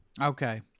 Okay